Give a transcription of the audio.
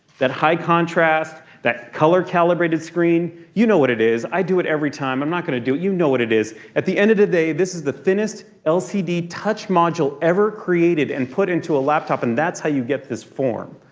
that high contrast. that color calibrated screen. you know what it is. i do it every time. i'm not gonna do it. you know what it is. at the end of the day, this is the thinnest lcd touch module ever created and put into a laptop. and that's how you get this form.